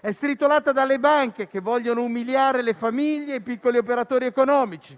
è stritolata dalle banche, che vogliono umiliare le famiglie e i piccoli operatori economici;